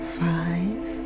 five